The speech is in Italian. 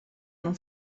non